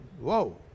Whoa